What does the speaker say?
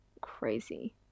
Crazy